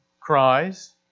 cries